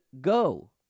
go